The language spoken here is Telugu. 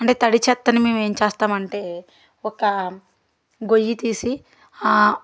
అంటే తడి చెత్తని మేము ఏం చేస్తాము అంటే ఒక గొయ్యి తీసి ఆ